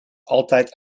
altijd